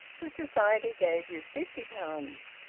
the society gave you fifty pounds,